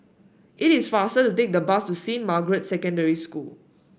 it is faster to take the bus to Saint Margaret's Secondary School